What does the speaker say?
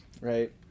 Right